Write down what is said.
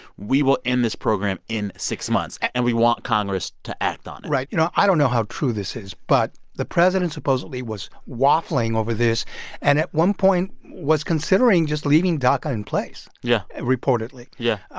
we will end this program in six months. and we want congress to act on it right, you know, i don't know how true this is. but the president supposedly was waffling over this and at one point was considering just leaving daca in place. yeah. reportedly yeah.